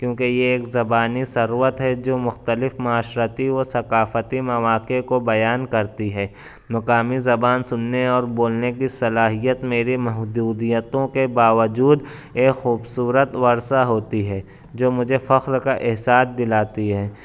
کیونکہ یہ ایک زبانی ثروت ہے جو مختلف معاشرتی و ثقافتی مواقع کو بیان کرتی ہے مقامی زبان سُننے اور بولنے کی صلاحیت میرے محدودیتوں کے باوجود ایک خوبصورت ورثہ ہوتی ہے جو مجھے فخر کا احساس دلاتی ہے